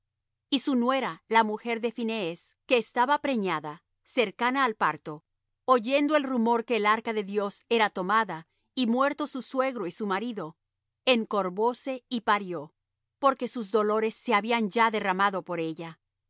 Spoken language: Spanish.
y su nuera la mujer de phinees que estaba preñada cercana al parto oyendo el rumor que el arca de dios era tomada y muertos su suegro y su marido encorvóse y parió porque sus dolores se habían ya derramado por ella